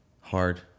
hard